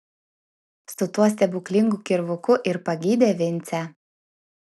su tuo stebuklingu kirvuku ir pagydė vincę